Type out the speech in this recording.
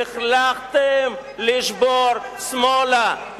החלטתם לשבור שמאלה,